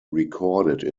recorded